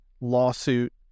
lawsuit